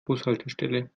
bushaltestelle